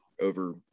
over